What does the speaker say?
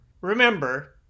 Remember